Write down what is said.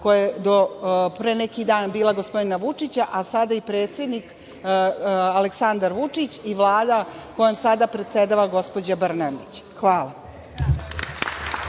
koja je do pre neki dan bila gospodina Vučića, a sada i predsednik Aleksandar Vučić i Vlada kojom sada predsedava gospođa Brnabić. Hvala.